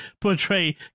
portray